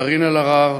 קארין אלהרר,